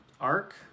arc